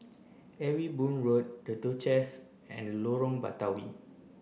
Ewe Boon Road The Duchess and Lorong Batawi